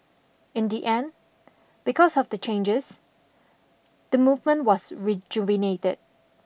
in the end because of the changes the movement was rejuvenated